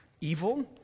evil